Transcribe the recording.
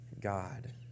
God